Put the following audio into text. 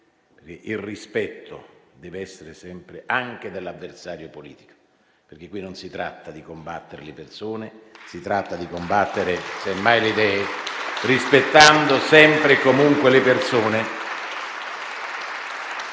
il rispetto ci deve essere sempre, anche dell'avversario politico. Qui non si tratta di combattere le persone, ma si tratta di combattere semmai le idee, rispettando sempre e comunque le persone,